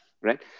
Right